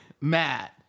Matt